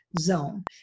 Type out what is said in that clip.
zone